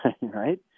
right